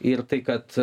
ir tai kad